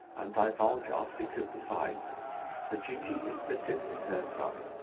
and divulge our secret besides for duty implicit is her cry.